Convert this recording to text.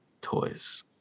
Toys